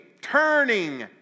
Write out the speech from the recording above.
turning